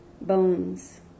Bones